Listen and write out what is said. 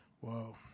Whoa